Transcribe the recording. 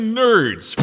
nerds